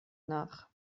nach